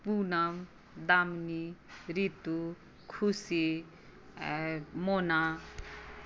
Poonam Damini Ritu Khushi Mona